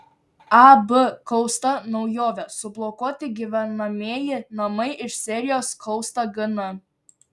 ab kausta naujovė sublokuoti gyvenamieji namai iš serijos kausta gn